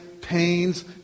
pains